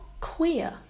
queer